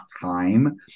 time